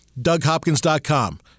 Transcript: DougHopkins.com